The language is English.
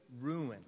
ruin